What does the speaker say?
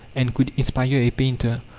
and could inspire a painter.